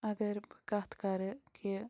اگر بہٕ کَتھ کَرٕ کہِ